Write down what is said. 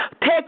take